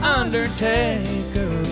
undertaker